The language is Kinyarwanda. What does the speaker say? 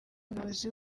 umuyobozi